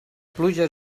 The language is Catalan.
pluja